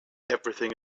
everything